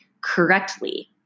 correctly